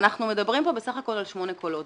אנחנו מדברים פה בסך הכול על שמונה קולות.